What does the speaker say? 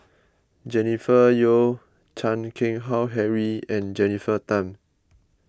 Jennifer Yeo Chan Keng Howe Harry and Jennifer Tham